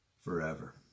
forever